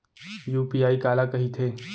UPI काला कहिथे?